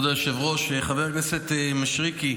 כבוד היושב-ראש, חבר כנסת מישרקי,